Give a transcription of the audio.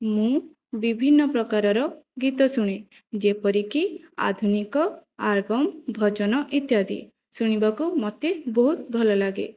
ମୁଁ ବିଭିନ୍ନ ପ୍ରକାରର ଗୀତ ଶୁଣେ ଯେପରିକି ଆଧୁନିକ ଆଲବମ୍ ଭଜନ ଇତ୍ୟାଦି ଶୁଣିବାକୁ ମତେ ବହୁତ ଭଲ ଲାଗେ